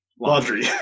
laundry